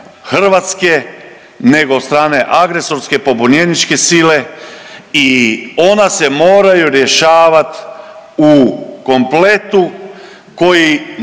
Hrvatske nego od strane agresorske, pobunjeničke sile i ona se moraju rješavat u kompletu koji